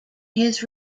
his